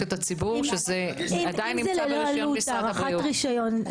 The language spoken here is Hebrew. את הציבור שזה עדיין נמצא ברשיון משרד הבריאות.